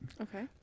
okay